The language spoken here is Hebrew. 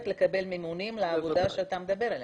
לקבל מימונים לעבודה שאתה מדבר עליה.